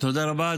תודה רבה.